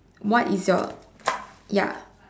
what is your ya